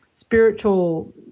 spiritual